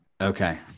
okay